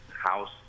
house